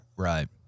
Right